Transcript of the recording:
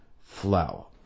flour